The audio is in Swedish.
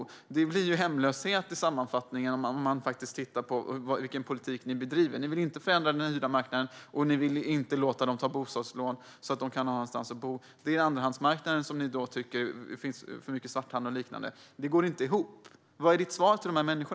Om man tittar på vilken politik ni bedriver och sammanfattar allt blir resultatet hemlöshet. Ni vill ju inte förändra hyresmarknaden, och ni vill inte låta dem ta bostadslån så att de kan få någonstans att bo. Då återstår andrahandsmarknaden, och där verkar ni tycka att det finns för mycket svarthandel. Det hela går inte ihop. Vilket är ditt svar till dessa människor?